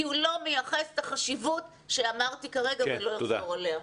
הוא לא מייחס את החשיבות שאמרתי כרגע ואני לא אחזור עליה.